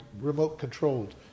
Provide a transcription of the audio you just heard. remote-controlled